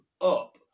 up